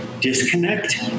disconnect